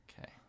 Okay